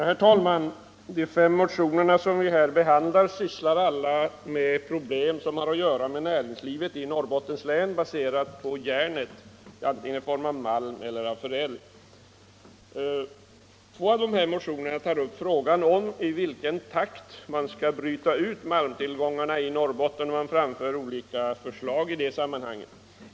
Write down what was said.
Herr talman! De fem motioner som vi här behandlar upptar alla sådana problem som har att göra med näringslivet i Norrbottens län, som är baserat på järnet, antingen i form av malm eller i förädlat skick. Två av motionerna tar upp frågan, i vilken takt man bör bryta ut malmtillgångarna i Norrbotten, och olika förslag framförs i det samman hanget.